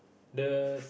the